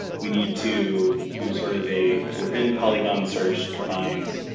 we need to do sort of a within polygon search to find,